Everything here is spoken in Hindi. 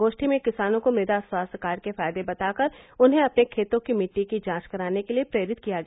गोष्ठी में किसानों को मृदा स्वास्थ्य कार्ड के फायदे बताकर उन्हें अपने खेतों की मिट्टी की जांच कराने के लिए प्रेरित किया गया